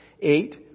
eight